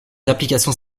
applications